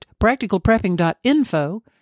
practicalprepping.info